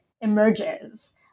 emerges